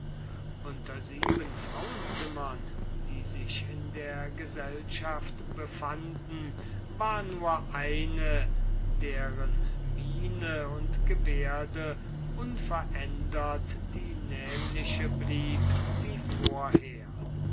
unter sieben frauenzimmern die sich in der gesellschaft befanden war nur eine deren miene und gebärde unverändert die nämliche blieb wie vorher